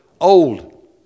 old